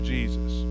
Jesus